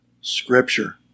scripture